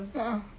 a'ah